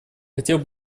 хотел